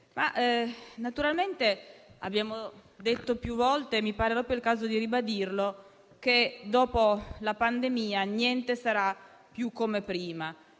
Presidente, abbiamo detto più volte - mi pare, però, proprio il caso di ribadirlo - che, dopo la pandemia, niente sarà più come prima.